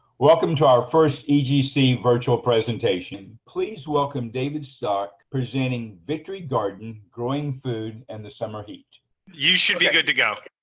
welcome to our first egc virtual presentation. please welcome david stack presenting victory garden growing food in and the summer heat you should be good to go.